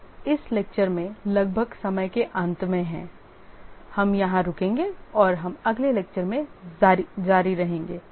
हम इस lecture में लगभग समय के अंत में हैं हम यहां रुकेंगे और हम अगले lecture में जारी रहेंगे